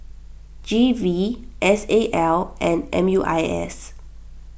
G V S A L and M U I S